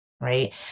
Right